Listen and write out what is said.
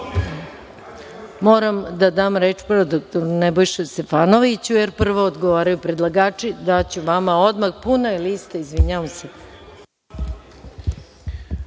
da dam reč dr Nebojši Stefanoviću, jer prvo odgovaraju predlagači, daću vama odmah. Puna je lista, izvinjavam se.